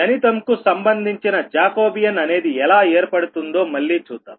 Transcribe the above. గణితం కు సంబంధించిన జాకోబియాన్ అనేది ఎలా ఏర్పడుతుందో మళ్లీ చూద్దాం